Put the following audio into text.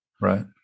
Right